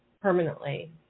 permanently